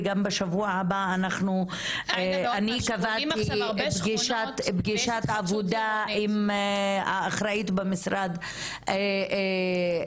וגם בשבוע הבא אני קבעתי פגישת עבודה עם האחראית במשרד בנושא,